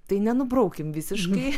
tai nenubraukim visiškai